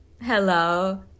Hello